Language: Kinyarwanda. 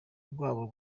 rwabo